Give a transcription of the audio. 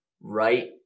right